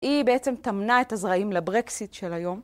היא בעצם טמנה את הזרעים לברקסיט של היום.